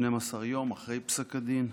12 יום אחרי פסק הדין,